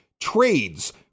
trades